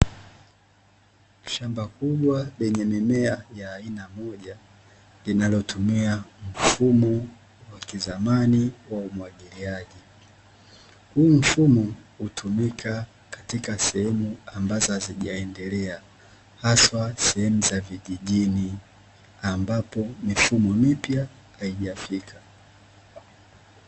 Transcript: Shamba kubwa lenye mimea ya aina moja, linalotumia mfumo wa kizamani wa umwangiliaji, huu mfumo hutumika katika sehemu ambazo hazijaendelea haswa za vijijini, ambapo mifumo mipya haijafika.